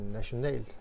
national